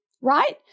right